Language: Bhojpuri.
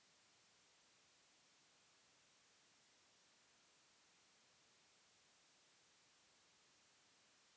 साहब हम पचास साल से ऊपर हई ताका हम बृध पेंसन का फोरम भर सकेला?